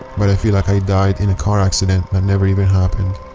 but i feel like i died in a car accident that never even happened.